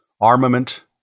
armament